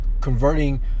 converting